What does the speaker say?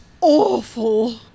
awful